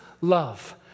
love